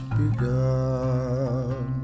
begun